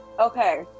okay